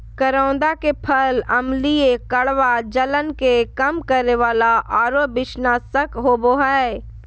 करोंदा के फल अम्लीय, कड़वा, जलन के कम करे वाला आरो विषनाशक होबा हइ